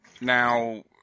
Now